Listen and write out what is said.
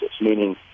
meaning